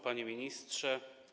Panie Ministrze!